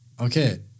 okay